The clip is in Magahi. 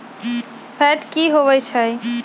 फैट की होवछै?